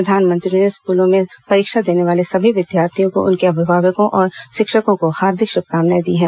प्रधानमंत्री ने स्कूलों में परीक्षा देने वाले सभी विद्यार्थियों उनके अभिभावकों और शिक्षकों को हार्दिक शुभकामनाएं दी हैं